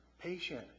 patient